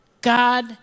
God